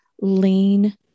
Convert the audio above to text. lean